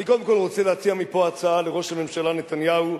אני קודם כול רוצה להציע מפה הצעה לראש הממשלה נתניהו.